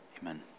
amen